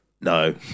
No